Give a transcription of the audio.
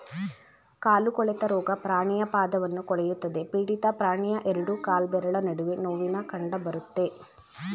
ಕಾಲು ಕೊಳೆತ ರೋಗ ಪ್ರಾಣಿಯ ಪಾದವನ್ನು ಕೊಳೆಯುತ್ತದೆ ಪೀಡಿತ ಪ್ರಾಣಿಯ ಎರಡು ಕಾಲ್ಬೆರಳ ನಡುವೆ ನೋವಿನ ಕಂಡಬರುತ್ತೆ